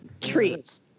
Treats